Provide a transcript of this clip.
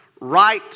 right